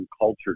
culture